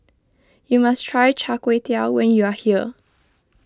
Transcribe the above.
you must try Char Kway Teow when you are here